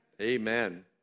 Amen